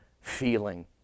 feeling